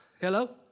Hello